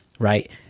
Right